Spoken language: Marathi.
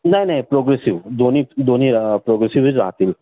नाही नाही प्रोग्रेसिव दोन्ही दोन्ही प्रोग्रेसिवच राहतील